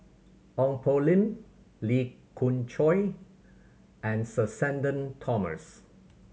Ong Poh Lim Lee Khoon Choy and Sir Shenton Thomas